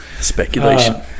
Speculation